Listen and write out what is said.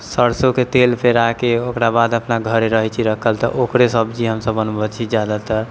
सरसोके तेल पेराके ओकरा बाद अपना घरे रहैत छै रखल तऽ ओकरे सब्जी हमसब बनबैत छी जादातर